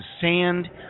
sand